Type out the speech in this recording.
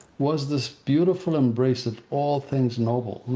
was this beautiful embrace all things noble,